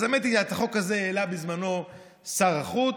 האמת היא שאת החוק הזה העלה בזמנו שר החוץ,